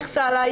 איכסה עליך,